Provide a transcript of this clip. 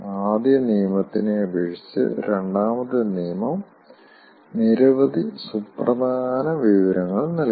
ആദ്യ നിയമത്തിനെ അപേക്ഷിച്ച് രണ്ടാമത്തെ നിയമം നിരവധി സുപ്രധാന വിവരങ്ങൾ നൽകുന്നു